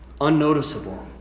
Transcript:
Unnoticeable